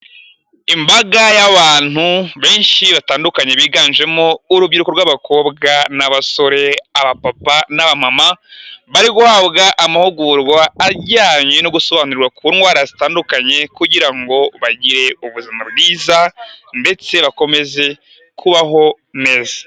Imbaga y'abantu benshi batandukanye biganjemo urubyiruko rw'abakobwa n'abasore, abapapa n'abamama, bari guhabwa amahugurwa ajyanye no gusobanurwa ku ndwara zitandukanye, kugira ngo bagire ubuzima bwiza ndetse bakomeze kubaho neza.